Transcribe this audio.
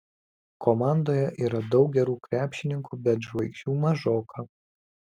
komandoje yra daug gerų krepšininkų bet žvaigždžių mažoka